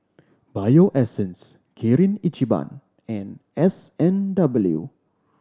Bio Essence Kirin Ichiban and S and W